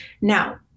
Now